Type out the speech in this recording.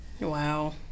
Wow